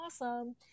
awesome